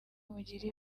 mugire